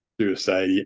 suicide